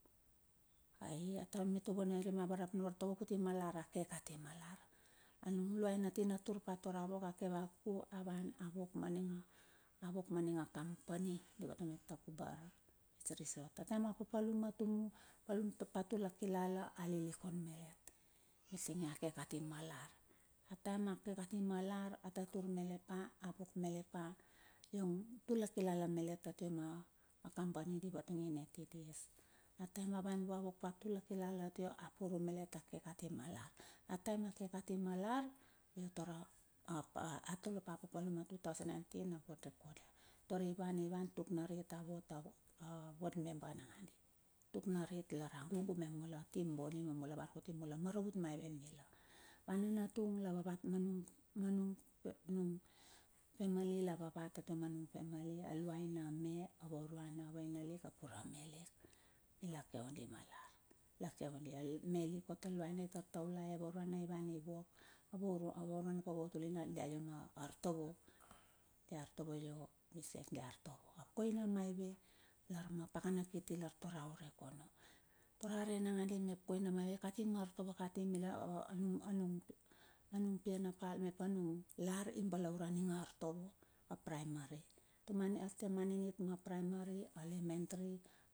Ai mituma vunairima a varap nung artovo kuti ma lar a ke kati ma lar. A nung luaina tina tur pa tar a wok, a ke vakuku a wan a wok, ma ning a a wok ma ning a compani di vatung i takubar resot. A time a papalum a tuma, papalum pa tuk tulai kilala, a lilikun ma let, mitinge a ke kati ma lar. A time a ke kati ma lar, a tatur malet pa, a wok malet pa iong tula kilala malet, a tia ma a compani di vatung i mep TDSA taem a wan vua a wok pa tula kilala a tia, a parum malet a ke kati ma lar, a taem a ke kati ma lar, a nuk tur apa tole pa papalum ma two thousand nineteen a word recorder, tur i wan i wan tuk narit a vot a a word member nagadi. Tuk narit lar a gugu me mula team bonie mula van kuti mula maravut maive mila. A va na natung la vavat manung, manung famely, la vavat atua manung family, a luai na a me, a vauruana a waina lik ap ura me lik, mila ke odi ma lar, la ke odi. Ai ame lik ot i tar taulai, a vauruana i van i wok, a waura a wauruana ap a vautuluna dia artovo, di artovo io bisec dia artovo. Ap koina maive lar ma pakana kiti lar tara urek ono. Taur arei nangandi mep koina maive kati ma artovo kati mila pia a nung lar, i balaure a ning artovo a praimary. Tuma ninit ma primary a elementary.